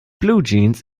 bluejeans